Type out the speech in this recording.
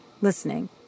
listening